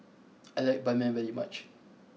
I like Ban Mian very much